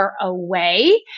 away